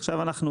עכשיו אנחנו